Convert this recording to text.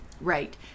right